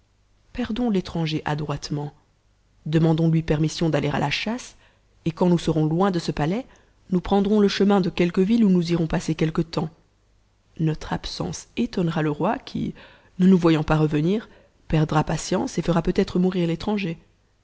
perdons l'étranger adroitement demandons lui permission d'aller à la chasse et quand nous serons loin de ce palais nous prendrons le chemin de quelque ville où nous irons passer quelque temps notre absence étonnera le roi qui ne nous voyant pas revenir perdra patience et fera peut-être mourir l'étranger